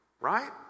Right